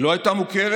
היא לא הייתה מוכרת.